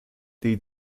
den